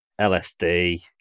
LSD